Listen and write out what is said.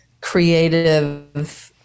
creative